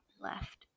left